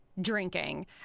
drinking